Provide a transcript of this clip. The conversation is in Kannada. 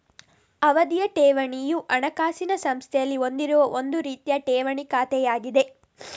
ಅವಧಿಯ ಠೇವಣಿಯು ಹಣಕಾಸಿನ ಸಂಸ್ಥೆಯಲ್ಲಿ ಹೊಂದಿರುವ ಒಂದು ರೀತಿಯ ಠೇವಣಿ ಖಾತೆಯಾಗಿದೆ